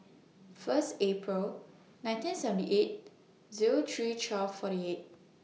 First April nineteen seventy eight Zero three twelve forty eight